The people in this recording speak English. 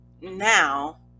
now